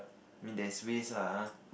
means there's ways lah ah